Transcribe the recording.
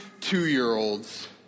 two-year-olds